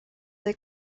they